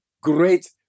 great